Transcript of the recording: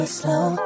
slow